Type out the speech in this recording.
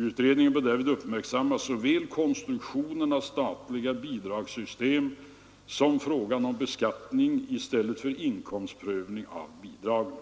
Utredningen bör därvid uppmärksamma såväl konstruktionen av statliga bidragssystem som frågan om beskattning i stället för inkomstprövning av bidragen.”